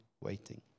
waiting